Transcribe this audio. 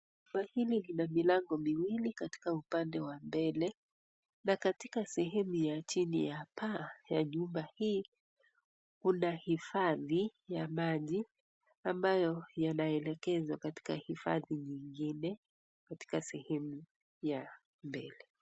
Nyumba hili lina milango miwili katika upande wa mbele na katika sehemu ya chini ya paa ya nyumba hili kuna hifadhi ya maji ambayo yanaelekezwa katika hifadhi nyingine katika sehemu ya mbele.